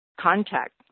contact